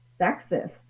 sexist